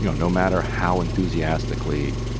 you know no matter how enthusiastically.